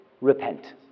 repent